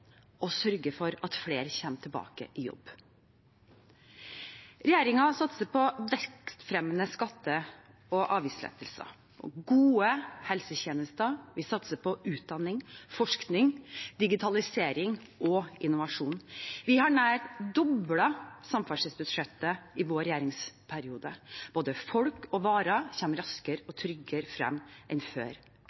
sørge for at flere kommer tilbake i jobb. Regjeringen satser på vekstfremmende skatte- og avgiftslettelser og gode helsetjenester. Vi satser på utdanning, forskning, digitalisering og innovasjon. Vi har nær doblet samferdselsbudsjettet i vår regjeringsperiode. Både folk og varer kommer raskere og tryggere frem enn før.